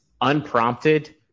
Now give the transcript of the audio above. unprompted